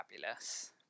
fabulous